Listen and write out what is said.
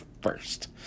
first